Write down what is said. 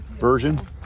version